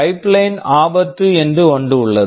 pipeline pipeline ஆபத்து என்று ஒன்று உள்ளது